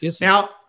Now